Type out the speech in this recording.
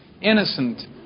innocent